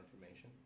information